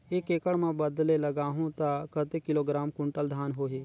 एक एकड़ मां बदले लगाहु ता कतेक किलोग्राम कुंटल धान होही?